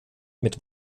mit